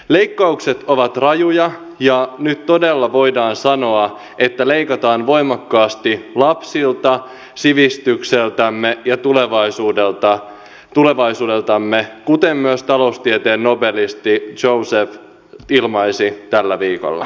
leikkaukset ovat rajuja ja nyt todella voidaan sanoa että leikataan voimakkaasti lapsilta sivistykseltämme ja tulevaisuudeltamme kuten myös taloustieteen nobelisti joseph stiglitz ilmaisi tällä viikolla